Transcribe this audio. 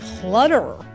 clutter